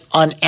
on